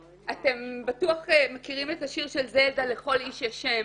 אתם בטוח מכירים את השיר של זלדה 'לכל איש יש שם'.